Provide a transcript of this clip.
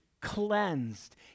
cleansed